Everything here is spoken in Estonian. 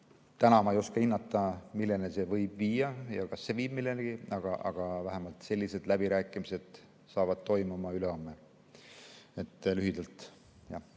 Täna ma ei oska hinnata, milleni see võib viia ja kas see viib millenigi, aga vähemalt sellised läbirääkimised saavad toimuma ülehomme. Lühidalt,